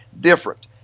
different